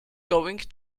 going